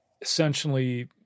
essentially